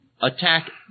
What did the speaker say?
attack